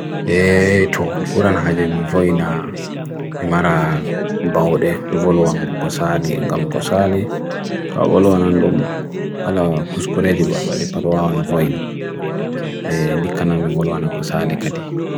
E, toh, mipuran haji mipurina, mimara mibawde, uvolo an gukosali, ngam gukosali, toh, uvolo an andomu, kala kuskuredi gudwadi paro an voyna, e, nikana mipolo an gukosali kadi.